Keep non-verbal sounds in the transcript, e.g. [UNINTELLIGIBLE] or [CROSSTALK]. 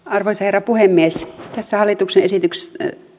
[UNINTELLIGIBLE] arvoisa herra puhemies tässä hallituksen esityksessä